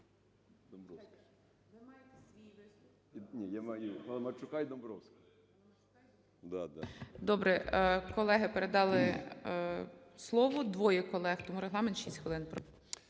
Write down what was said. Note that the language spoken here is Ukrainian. Добре. Колеги передали слово, двоє колег, тому регламент – 6 хвилин.